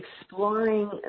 exploring